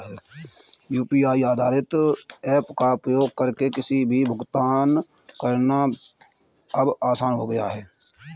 UPI आधारित apps का उपयोग करके किसी को भी भुगतान करना अब आसान हो गया है